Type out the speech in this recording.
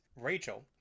Rachel